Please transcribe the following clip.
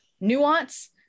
nuance